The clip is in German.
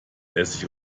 essig